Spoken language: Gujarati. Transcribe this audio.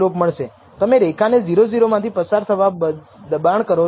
તમે રેખાને 0 0 માંથી પસાર થવા દબાણ કરો છો